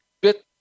bit